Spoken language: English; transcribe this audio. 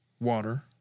water